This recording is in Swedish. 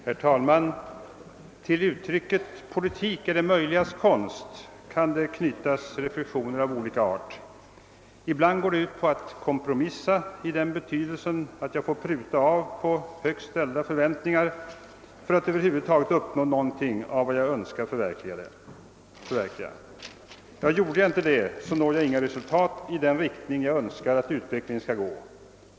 Herr talman! Till uttrycket »politik är det möjligas konst« kan knytas reflexioner av olika art. Ibland går politik ut på att kompromissa i den betydelsen att jag får pruta av på högt ställda förväntningar för att över huvud taget uppnå något av vad jag önskar förverkliga. Gör jag inte det, når jag inget resultat i den riktning jag önskar att utvecklingen skall gå.